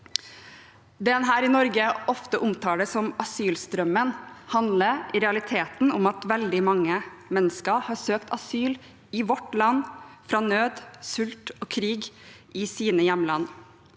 Det en her i Norge ofte omtaler som «asylstrømmen», handler i realiteten om at veldig mange mennesker har søkt asyl i vårt land fra nød, sult og krig i sine hjemland.